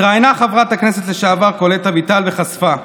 התראיינה חברת הכנסת לשעבר קולט אביטל וחשפה: